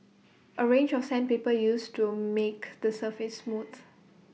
A range of sandpaper used to make the surface smooth